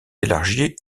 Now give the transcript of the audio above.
élargie